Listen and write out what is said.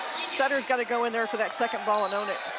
center has got to go in there for that second ball and own it.